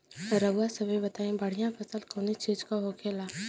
रउआ सभे बताई बढ़ियां फसल कवने चीज़क होखेला?